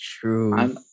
true